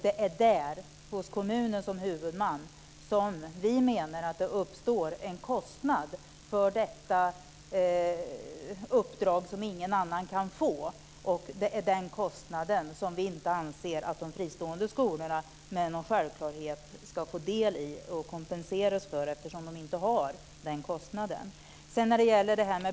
Det är hos kommunen som huvudman som vi menar att det uppstår en kostnad för detta uppdrag som ingen annan kan få. Det är den kostnaden som vi inte anser att de fristående skolorna med någon självklarhet ska kompenseras för eftersom de inte har den kostnaden.